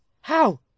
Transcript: How